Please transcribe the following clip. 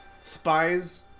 Spies